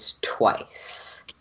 twice